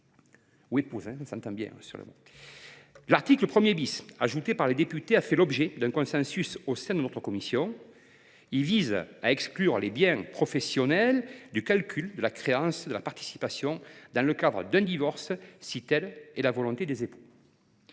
L’article 1 , ajouté par les députés, a fait l’objet d’un consensus au sein de notre commission. Il vise à exclure les biens professionnels du calcul de la créance de participation dans le cadre d’un divorce si telle est la volonté des époux.